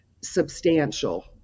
substantial